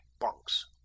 bunks